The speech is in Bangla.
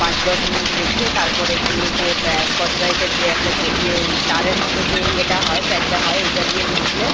পাঁচ দশ মিনিট রেখে তারপর একটু ওই যে স্ক্রচবাইটের যে একটা যে ইয়ে তারের মতো যে ইয়েটা হয় প্যাডটা হয় ওটা দিয়ে ঘষলে